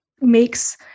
makes